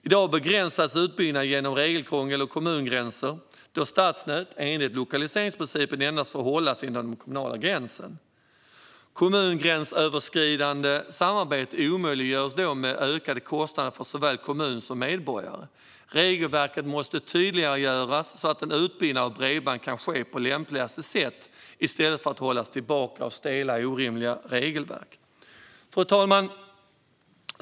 I dag begränsas utbyggnaden genom regelkrångel och kommungränser då stadsnät, enligt lokaliseringsprincipen, endast får hållas inom den kommunala gränsen. Kommungränsöverskridande samarbete omöjliggörs med ökade kostnader för såväl kommun som medborgare. Regelverket måste tydliggöras så att en utbyggnad av bredband kan ske på lämpligaste sätt i stället för att hållas tillbaka av stela och orimliga regelverk. Fru talman!